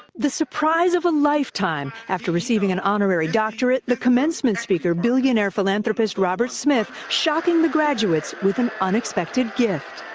the surprise of a lifetime after receiving an honorary doctorate, the commencement speaker, billionaire philanthropist robert smith shocking the graduates with an unexpected gift.